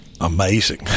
amazing